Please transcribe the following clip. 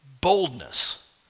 Boldness